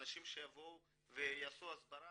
האנשים שיבואו ויעשו הסב רה,